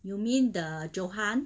you mean the Johan